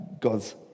God's